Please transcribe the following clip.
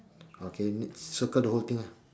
okay next circle the whole thing lah